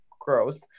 gross